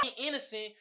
innocent